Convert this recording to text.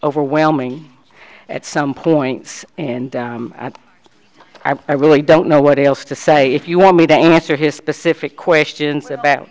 overwhelming at some points and i really don't know what else to say if you want me to answer his specific questions about